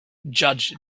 judge